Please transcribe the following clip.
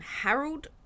Harold